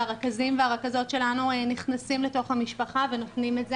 והרכזים והרכזות שלנו נכנסים לתוך המשפחה ונותנים את זה.